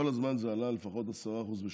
כל הזמן זה עלה לפחות 10% בשנה.